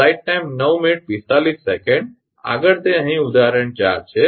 આગળ તે અહીં ઉદાહરણ 4 છે